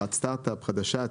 חברת סטארט-אפ חדשה,